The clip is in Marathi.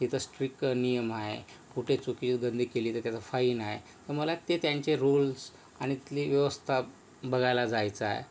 तिथे स्ट्रिक नियम आहे कुठे चुकीचे धंदे केले तर त्याचा फाईन आहे म मला ते त्यांचे रूल्स आणि तिथली व्यवस्था बघायला जायचं आहे